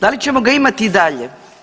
Da li ćemo ga imati i dalje?